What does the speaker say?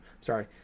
Sorry